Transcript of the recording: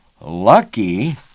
lucky